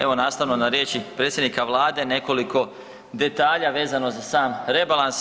Evo nastavano na riječi predsjednika Vlade nekoliko detalja vezano za sam rebalans.